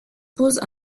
pose